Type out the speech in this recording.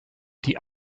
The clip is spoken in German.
die